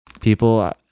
people